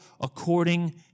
according